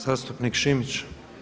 Zastupnik Šimić.